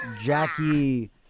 Jackie